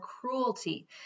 cruelty